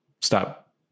stop